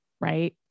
right